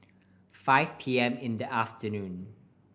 five P M in the afternoon